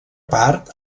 part